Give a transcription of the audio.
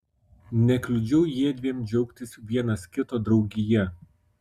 nekliudžiau jiedviem džiaugtis vienas kito draugija